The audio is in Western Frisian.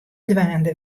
dwaande